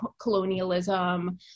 colonialism